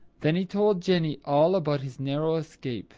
then he told jenny all about his narrow escape